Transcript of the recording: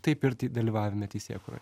taip ir dalyvavime teisėkūroj